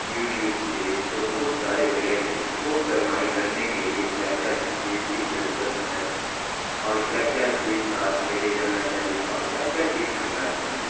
you tube سے تو بہت سارے جگہ سے کہ کوہ پیمائی کرنے کے لیے کیا کیا چیز کی ضرورت ہے اور کیا کیا چیز ساتھ میں لے جانا چاہیے اور کیا کیا چیز کرنا چاہیے